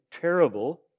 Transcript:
terrible